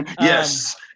Yes